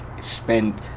spend